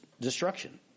destruction